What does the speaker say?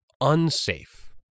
unsafe